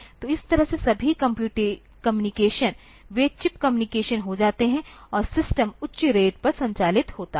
तो इस तरह से सभी कम्युनिकेशन वे चिप कम्युनिकेशन हो जाते हैं और सिस्टम उच्च रेट पर संचालित होता है